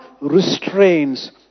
restrains